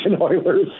Oilers